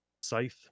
scythe